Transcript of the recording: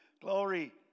glory